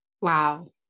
wow